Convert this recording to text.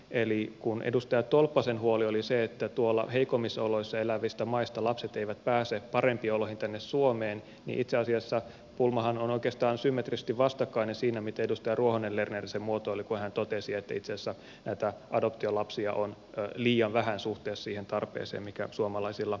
eli kun edustaja tolppasen huoli oli se että tuolla heikommissa oloissa elävistä maista lapset eivät pääse parempiin oloihin tänne suomeen niin itse asiassa pulmahan on oikeastaan symmetrisesti vastakkainen siinä miten edustaja ruohonen lerner sen muotoili kun hän totesi että itse asiassa näitä adoptiolapsia on liian vähän suhteessa siihen tarpeeseen mikä suomalaisilla vanhemmilla on